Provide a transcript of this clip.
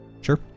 Sure